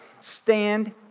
Stand